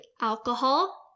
alcohol